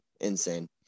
Insane